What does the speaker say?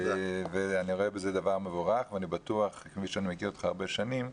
אני רואה בזה דבר מבורך ואני בטוח כמי שמכיר ואותך הרבה שנים,